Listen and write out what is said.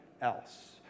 else